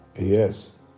Yes